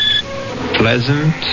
pleasant